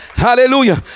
hallelujah